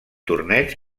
torneig